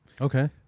Okay